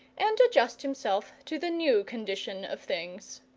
and adjust himself to the new condition of things.